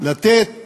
לתת